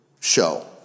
show